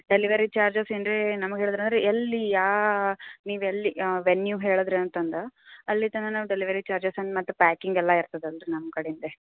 delivery charges ಏನ್ರಿ ನಮಗೆ ಹೇಳೊದಂದ್ರಿ ಎಲ್ಲಿ ಯಾ ನೀವೆಲ್ಲಿ ವೆನ್ಯೂ ಹೇಳಿದ್ರಿ ಅಂತಂದು ಅಲ್ಲಿ ತನಕ ನಾವು ಡೆಲಿವರಿ ಚಾರ್ಜಸ್ ಅನ್ನ ಮತ್ತು ಪ್ಯಾಕಿಂಗ್ ಎಲ್ಲ ಇರ್ತದೆ ಅಲ್ಲಿ ರೀ ನಮ್ಮ ಕಡಿಂದ